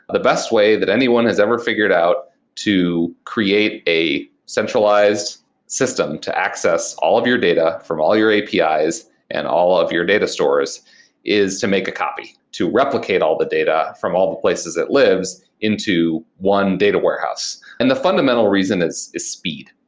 the best way that anyone has ever figured out to create a centralized system to access all of your data from all your apis and all of your data stores is to make a copy to replicate all the data from all the places it lives into one data warehouse. and the fundamental reason is is speed.